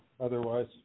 otherwise